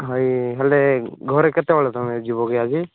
ହଇ ହେଲେ ଘରେ କେତେବେଳେ ତୁମେ ଯିବ କି ଆଜି